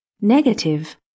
Negative